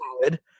solid